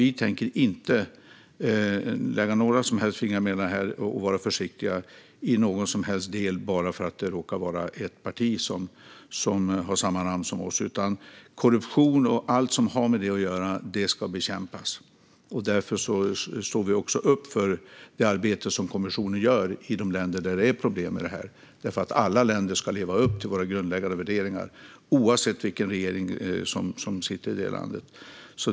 Vi tänker inte lägga några fingrar emellan och vara försiktiga i någon del bara för att det råkar vara ett parti som har samma namn som vårt. Korruption och allt som har med det att göra ska bekämpas. Därför står vi upp för det arbete som kommissionen gör i de länder där det är problem med detta. Alla länder ska nämligen leva upp till våra grundläggande värderingar, oavsett vilken regering som sitter i landet.